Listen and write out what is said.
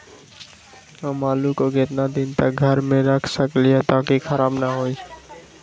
हम आलु को कितना दिन तक घर मे रख सकली ह ताकि खराब न होई?